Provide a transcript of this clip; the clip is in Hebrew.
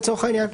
לצורך העניין?